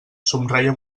somreia